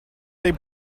they